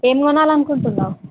ఏమి కొనాలని అనుకుంటున్నావు